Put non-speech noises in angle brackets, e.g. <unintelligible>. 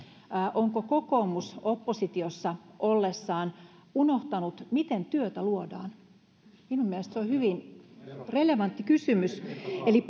onko kokoomus oppositiossa ollessaan unohtanut miten työtä luodaan minun mielestäni se on hyvin relevantti kysymys eli <unintelligible>